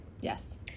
Yes